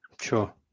Sure